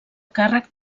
càrrec